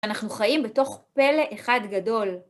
אנחנו חיים בתוך פלא אחד גדול.